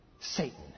Satan